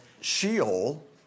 Sheol